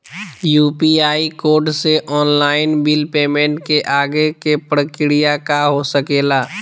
UPI code से online bill payment के आगे के प्रक्रिया का हो सके ला?